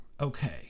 okay